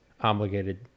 obligated